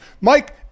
Mike